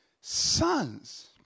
sons